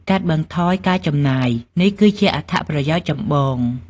កាត់បន្ថយការចំណាយ: នេះគឺជាអត្ថប្រយោជន៍ចម្បង។